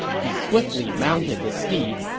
he swiftly mounted the steed,